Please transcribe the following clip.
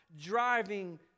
driving